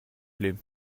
plait